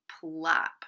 plop